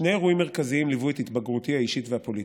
שני אירועים מרכזיים ליוו את התבגרותי האישית והפוליטית,